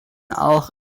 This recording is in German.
auch